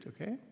okay